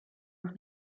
noch